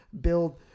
build